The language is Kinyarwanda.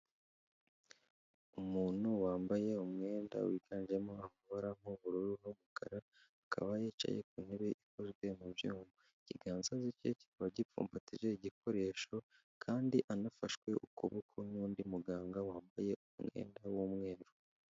Umuntu wambaye umwenda wiganjemo amabara nk'ubururu n'umukara, akaba yicaye ku ntebe ikozwe mu byuma. Ikiganza cye kikaba gipfumbatije igikoresho kandi anafashwe ukuboko n'undi muganga wambaye umwenda w'umweru.